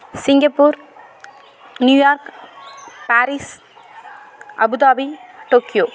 Singapore New York Paris Abu Dhabi Tokyo